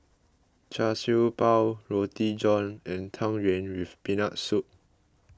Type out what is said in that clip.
Char Siew Bao Roti John and Tang Yuen with Peanut Soup